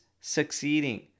succeeding